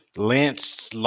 Lance